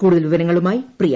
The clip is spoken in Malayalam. കൂടുതൽ വിവരങ്ങളുമായി പ്രിയ